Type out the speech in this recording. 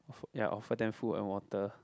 ya offer them food and water